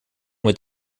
mit